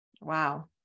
wow